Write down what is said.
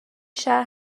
شهر